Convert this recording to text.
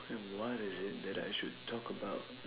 what is it that I should talk about